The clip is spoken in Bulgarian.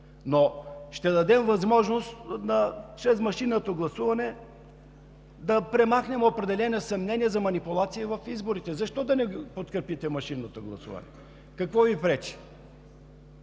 Но ще дадем възможност чрез машинното гласуване да премахнем определени съмнения за манипулации в изборите. Защо да не подкрепите машинното гласуване? Какво Ви пречи?